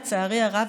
לצערי הרב,